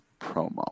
promo